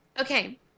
okay